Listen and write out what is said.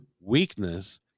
weakness